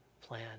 plan